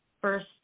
first